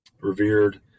revered